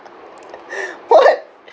what